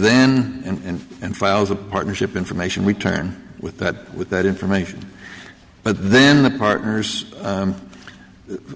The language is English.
then and and files a partnership information retire with that with that information but then the partners